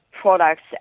products